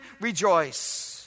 rejoice